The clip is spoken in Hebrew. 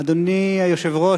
אדוני היושב-ראש,